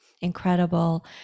incredible